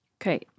Okay